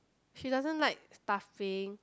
she doesn't like staffing